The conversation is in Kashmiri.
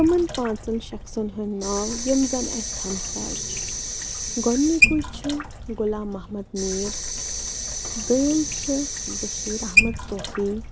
تِمَن پانٛژَن شخصَن ہٕنٛدۍ ناو یِم زَن اَسہِ ہَمساے چھِ گۄڈنِکُے چھُ غلام محمد میٖر دوٚیِم چھِ بشیٖر احمد صوفی